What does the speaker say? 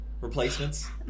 Replacements